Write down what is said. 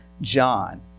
John